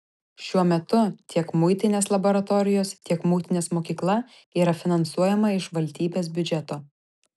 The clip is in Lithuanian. šiuo metu tiek muitinės laboratorijos tiek muitinės mokykla yra finansuojama iš valstybės biudžeto